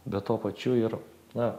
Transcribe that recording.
bet tuo pačiu ir na